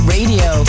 Radio